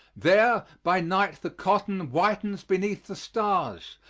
there, by night the cotton whitens beneath the stars,